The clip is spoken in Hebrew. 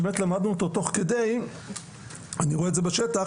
שבעצם למדנו אותו תוך כדי ואני רואה את זה בשטח,